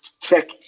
check